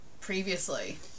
previously